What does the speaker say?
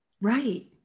right